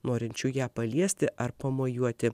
norinčių ją paliesti ar pamojuoti